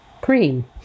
cream